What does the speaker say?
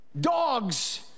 dogs